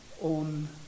on